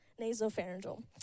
nasopharyngeal